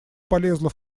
полезла